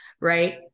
right